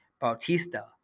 Bautista